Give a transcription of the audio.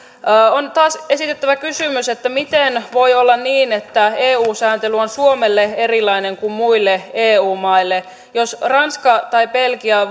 on taas esitettävä kysymys miten voi olla niin että eu sääntely on suomelle erilainen kuin muille eu maille jos ranska tai belgia